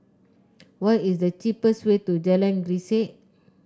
what is the cheapest way to Jalan Grisek